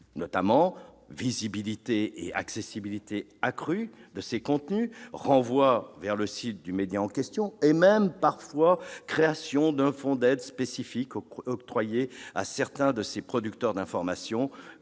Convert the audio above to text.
produisent : visibilité et accessibilité accrues de ceux-ci, renvois vers le site du média en question, voire, parfois, création d'un fonds d'aide spécifique octroyé à certains de ces producteurs d'information,